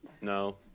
No